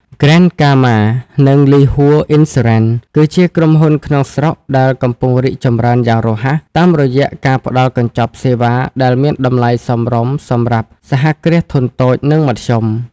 Grand Karma និង Ly Hour Insurance គឺជាក្រុមហ៊ុនក្នុងស្រុកដែលកំពុងរីកចម្រើនយ៉ាងរហ័ស តាមរយៈការផ្ដល់កញ្ចប់សេវាដែលមានតម្លៃសមរម្យសម្រាប់ សហគ្រាសធុនតូច និងមធ្យម។